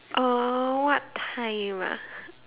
oh what time ah